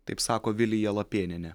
taip sako vilija lapėnienė